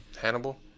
Hannibal